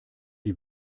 die